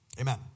Amen